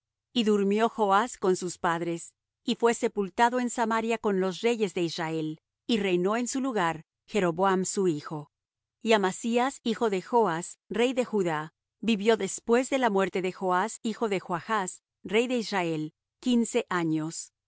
y durmió joas con sus padres y fué sepultado en samaria con los reyes de israel y reinó en su lugar jeroboam su hijo y amasías hijo de joas rey de judá vivió después de la muerte de joas hijo de joachz rey de israel quince años